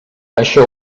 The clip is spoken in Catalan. això